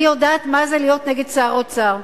אני יודעת מה זה להיות נגד שר אוצר,